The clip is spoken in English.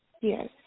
Yes